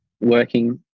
working